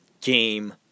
game